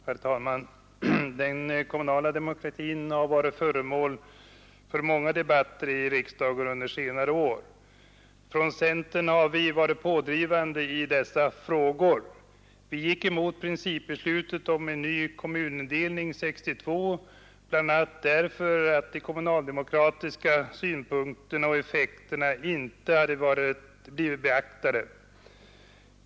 Herr talman! Den kommunala demokratin har varit föremål för många debatter i riksdagen under senare år. Från centern har vi varit pådrivande i dessa frågor. Vi gick emot principbeslutet om en ny kommunindelning 1962 bl a. därför att de kommunaldemokratiska synpunkterna och effekterna inte hade blivit beaktade.